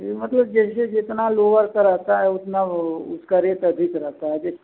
ये मतलब जैसे जितना लोअर का रहता है उतना वो उसका रेट अधिक रहता है जे